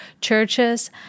churches